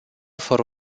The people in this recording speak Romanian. fără